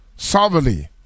Soberly